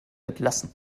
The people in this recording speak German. entlassen